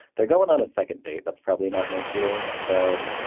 they're going on a second date. that's probably not an issue. so